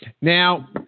Now